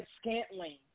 Scantling